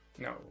No